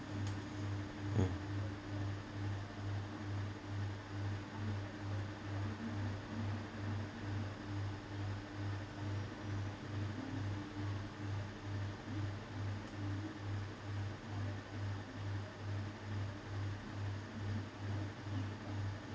mm